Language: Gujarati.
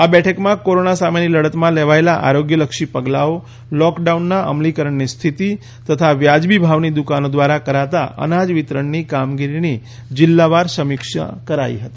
આ બેઠકમાં કોરોના સામેની લડતમાં લેવાયેલા આરોગ્યલક્ષી પગલાંઓ લૉકડાઉનના અમલીકરણની સ્થિતિ તથા વાજબી ભાવની દુકાનો દ્વારા કરાતા અનાજ વિતરણની કામગીરીની જિલ્લાવાર સમીક્ષા કરાઈ હતી